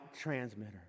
transmitter